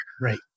Right